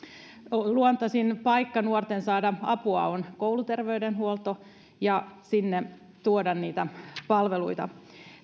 luontaisin paikka nuorten saada apua on kouluterveydenhuolto ja sinne tuoda niitä palveluita